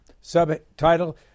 Subtitle